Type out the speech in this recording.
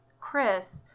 chris